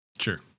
Sure